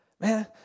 Man